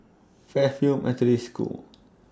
Fairfield Methodist School